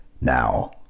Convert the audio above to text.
Now